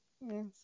yes